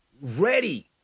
Ready